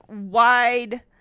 wide